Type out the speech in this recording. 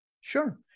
Sure